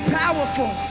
powerful